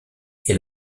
est